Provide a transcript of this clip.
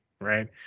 right